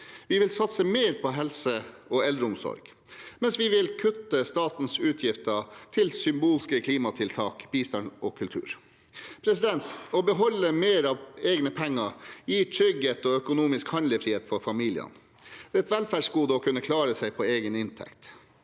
Vi vil satse mer på helse og eldreomsorg. Men vi vil kutte statens utgifter til symbolske klimatiltak, bistand og kultur. Å beholde mer av egne penger gir trygghet og økonomisk handlefrihet for familiene. Det er et velferdsgode å kunne klare seg på egen inntekt.